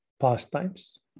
pastimes